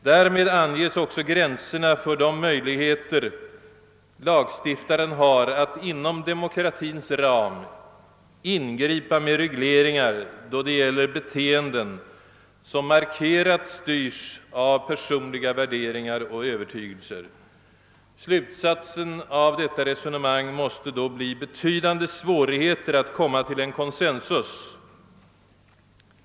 Därmed anges också gränserna för de möjligheter lagstiftaren har att inom demokratins ram ingripa med regleringar då det gäller beteenden som mera utpräglat styrs av personliga värderingar och övertygelser. Slutsatsen av detta resonemang måste då bli betydande svårigheter att komma till en consensus.